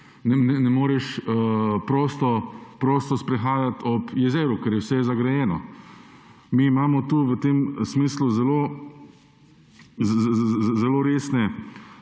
ne moreš prosto sprehajati ob jezeru, ker je vse zagrajeno. Mi imamo tu v tem smislu zelo resne